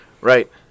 Right